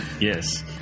Yes